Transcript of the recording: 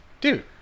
dude